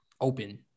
open